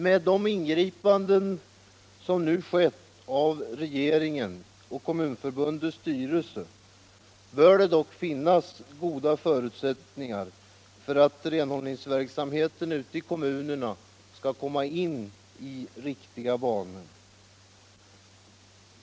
Med de ingripanden som regeringen och Kommunförbundets styrelse nu gjort bör det dock finnas goda förutsättningar för att renhållningsverksamheten ute i kommunerna skall komma in i riktiga banor.